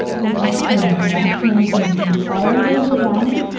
then exhale, left hand's gonna come all the way down.